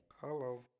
hello